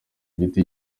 giti